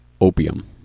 opium